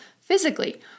physically